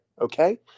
okay